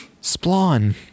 Spawn